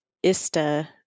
ISTA